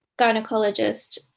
gynecologist